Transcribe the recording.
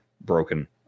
broken